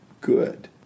good